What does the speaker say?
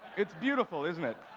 it's beautiful, isn't it?